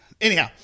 Anyhow